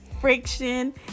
friction